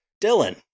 Dylan